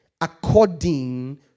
according